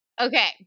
Okay